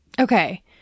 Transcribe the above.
Okay